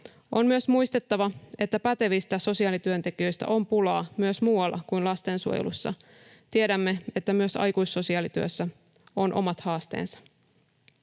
On muistettava, että pätevistä sosiaalityöntekijöistä on pulaa myös muualla kuin lastensuojelussa. Tiedämme, että myös aikuissosiaalityössä on omat haasteensa.